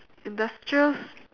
industrial